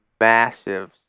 massive